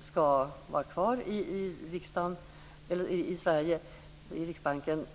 skall vara kvar i Sverige i Riksbanken.